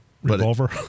Revolver